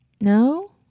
No